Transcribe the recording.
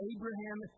Abraham